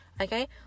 Okay